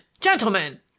gentlemen